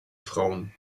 frauen